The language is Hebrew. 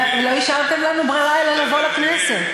לא השארתם לנו ברירה אלא לבוא לכנסת.